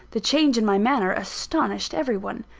the change in my manner astonished every one.